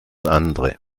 andere